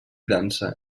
dansa